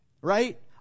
Right